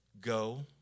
Go